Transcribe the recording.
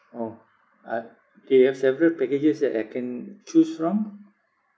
orh uh they have several packages that I can choose from